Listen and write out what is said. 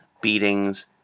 beatings